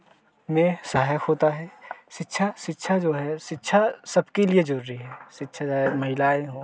में सहायक होता है शिक्षा शिक्षा जो है शिक्षा सबके लिए ज़रूरी है शिक्षा चाहे महिलाएँ हों